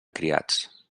criats